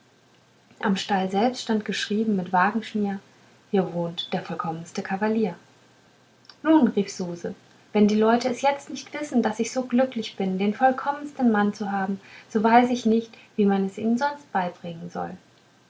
am stall selbst stand geschrieben mit wagenschmier hier wohnt der vollkommenste kavalier nun rief suse wenn die leute es jetzt nicht wissen laß ich so glücklich bin den vollkommensten mann zu haben so weiß ich nicht wie man es ihnen sonst beidringen soll